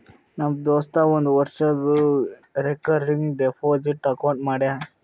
ನಮ್ ದೋಸ್ತ ಒಂದ್ ವರ್ಷದು ರೇಕರಿಂಗ್ ಡೆಪೋಸಿಟ್ ಅಕೌಂಟ್ ಮಾಡ್ಯಾನ